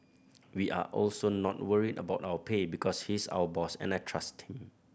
we are also not worried about our pay because he's our boss and I trust him